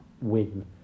win